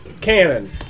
cannon